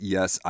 Yes